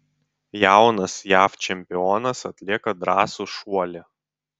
jaunas jav čempionas atlieka drąsų šuolį